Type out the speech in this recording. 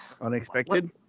Unexpected